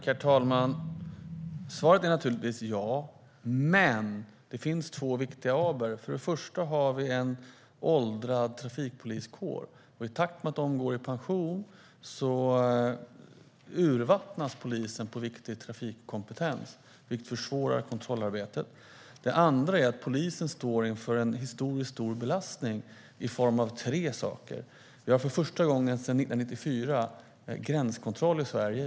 Herr talman! Svaret är naturligtvis ja. Men det finns två viktiga aber. Det första är att vi har en åldrande trafikpoliskår. I takt med att de poliserna går i pension urvattnas polisen på viktig trafikkompetens, vilket försvårar kontrollarbetet. Det andra är att polisen står inför en historiskt hög belastning. Det beror på tre saker. Vi har för första gången sedan 1994 gränskontroller i Sverige.